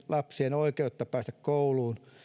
lapsien oikeutta päästä kouluun